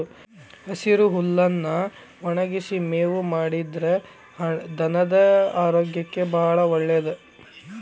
ಹಸಿ ಹುಲ್ಲನ್ನಾ ಒಣಗಿಸಿ ಮೇವು ಮಾಡಿದ್ರ ಧನದ ಆರೋಗ್ಯಕ್ಕೆ ಬಾಳ ಒಳ್ಳೇದ